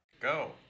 Go